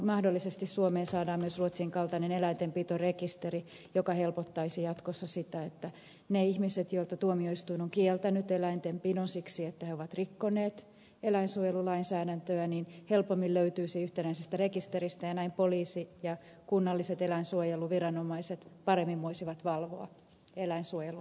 mahdollisesti suomeen saadaan myös ruotsin kaltainen eläintenpitorekisteri joka helpottaisi jatkossa sitä että ne ihmiset joilta tuomioistuin on kieltänyt eläintenpidon siksi että he ovat rikkoneet eläinsuojelulainsäädäntöä helpommin löytyisivät yhtenäisestä rekisteristä ja näin poliisi ja kunnalliset eläinsuojeluviranomaiset paremmin voisivat valvoa eläinsuojelun toteutumista